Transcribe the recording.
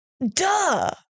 duh